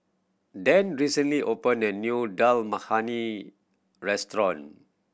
Dan recently open a new Dal Makhani Restaurant